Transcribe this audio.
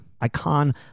icon